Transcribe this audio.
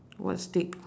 what stick